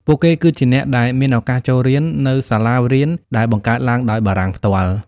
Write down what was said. ពួកគេគឺជាអ្នកដែលមានឱកាសចូលរៀននៅសាលារៀនដែលបង្កើតឡើងដោយបារាំងផ្ទាល់។